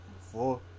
four